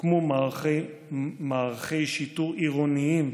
הוקמו מערכי שיטור עירוניים.